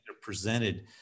presented